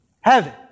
heaven